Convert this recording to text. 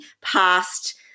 past